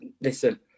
Listen